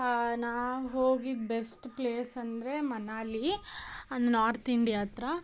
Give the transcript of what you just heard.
ನಾವು ಹೋಗಿದ್ದ best place ಅಂದರೆ ಮನಾಲಿ ನಾರ್ತ್ ಇಂಡಿಯಾ ಹತ್ರ